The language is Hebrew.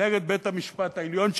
נגד בית-המשפט העליון,